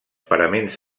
paraments